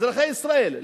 אזרחי ישראל,